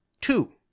two